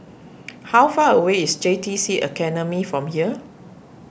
how far away is J T C Academy from here